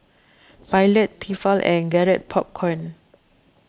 Pilot Tefal and Garrett Popcorn